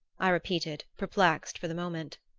i repeated, perplexed for the moment.